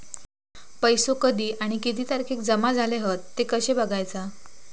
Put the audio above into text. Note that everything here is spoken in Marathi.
पैसो कधी आणि किती तारखेक जमा झाले हत ते कशे बगायचा?